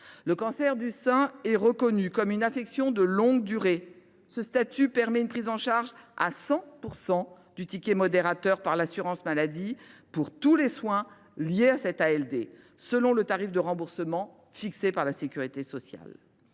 Le cancer du sein est reconnu comme une affection de longue durée. Ce statut permet une prise en charge à 100 % du ticket modérateur par l’assurance maladie pour tous les soins en lien avec cette ALD, selon le tarif de remboursement fixé par la sécurité sociale.